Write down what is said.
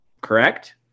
correct